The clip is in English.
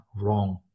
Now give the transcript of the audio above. wrong